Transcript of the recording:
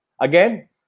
Again